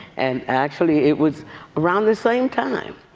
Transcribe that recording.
and actually it was around the same time.